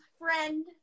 Friend